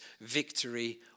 victory